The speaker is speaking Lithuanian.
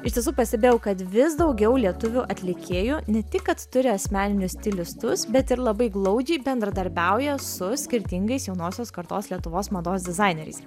iš tiesų pastebėjau kad vis daugiau lietuvių atlikėjų ne tik kad turi asmeninius stilistus bet ir labai glaudžiai bendradarbiauja su skirtingais jaunosios kartos lietuvos mados dizaineriais